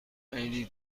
خیلی